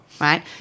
right